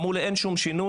אמרו לי שאין שום שינוי,